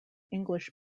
english